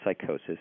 psychosis